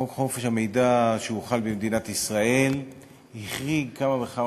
חוק חופש המידע שהוחל במדינת ישראל החריג כמה וכמה